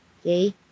okay